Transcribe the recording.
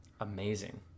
Amazing